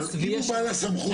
אם הוא בעל הסמכות,